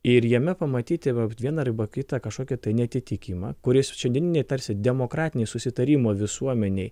ir jame pamatyti va vieną arba kitą kažkokį neatitikimą kuris šiandieninėj tarsi demokratinėj susitarimo visuomenėj